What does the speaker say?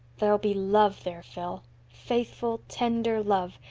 there'll be love there, phil faithful, tender love,